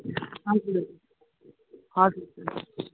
हजुर हजुर